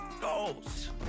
goals